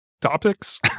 topics